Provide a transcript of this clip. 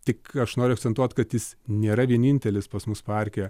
tik aš noriu akcentuot kad jis nėra vienintelis pas mus parke